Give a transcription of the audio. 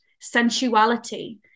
sensuality